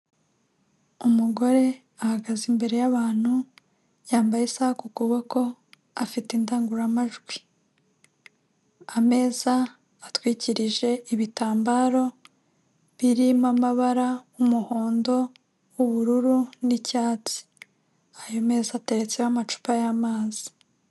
Umugore ahagaze imbere y'abantu yambaye isaha ku kuboko afite indangururamajwi, ameza atwikirije ibitambaro birimo amabara umuhondo, ubururu n'icyatsi. ayo meza atetseho amacupa y'amazi.